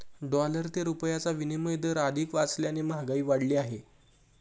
dollar ते रुपयाचा विनिमय दर अधिक असल्याने महागाई वाढली आहे